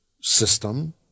system